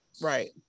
Right